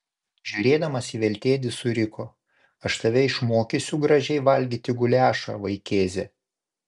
žiūrėdamas į veltėdį suriko aš tave išmokysiu gražiai valgyti guliašą vaikėze